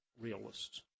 Realists